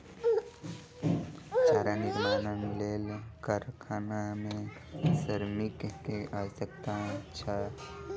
चारा निर्माणक लेल कारखाना मे श्रमिक के आवश्यकता छल